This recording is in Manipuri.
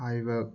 ꯍꯥꯏꯕ